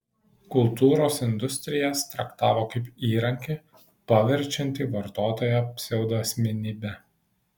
kultūros industrijas traktavo kaip įrankį paverčiantį vartotoją pseudoasmenybe